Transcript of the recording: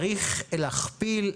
צריך להכפיל,